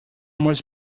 must